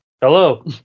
Hello